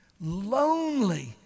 Lonely